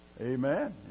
Amen